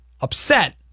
upset